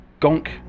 Gonk